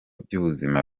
by’ubuzima